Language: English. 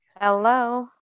Hello